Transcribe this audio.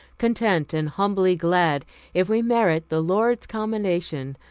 content and humbly glad if we merit the lord's commendation,